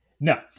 No